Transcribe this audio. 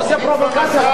אתה עושה פרובוקציה בכוונה.